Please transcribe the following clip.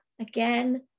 again